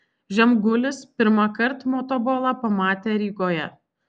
žemgulis pirmąkart motobolą pamatė rygoje